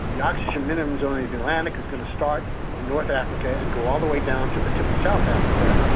the oxygen minimum zone in the atlantic is going to start in north africa and go all the way down to the tip of south africa.